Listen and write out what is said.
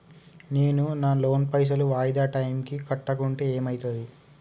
నేను నా లోన్ పైసల్ వాయిదా టైం కి కట్టకుంటే ఏమైతది?